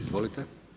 Izvolite.